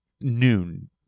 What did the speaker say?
noon